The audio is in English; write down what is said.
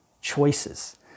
choices